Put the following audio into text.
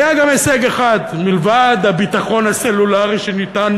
היה גם הישג אחד מלבד הביטחון הסלולרי שניתן